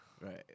Right